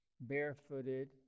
barefooted